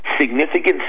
significant